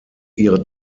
ihre